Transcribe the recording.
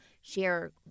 share